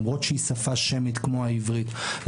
למרות שהיא שפה שמית כמו העברית,